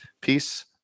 Peace